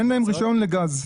אין להם רישיון לגז.